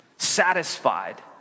satisfied